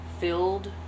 Filled